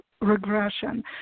regression